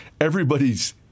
Everybody's